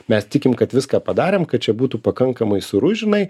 mes tikim kad viską padarėm kad čia būtų pakankamai sūru žinai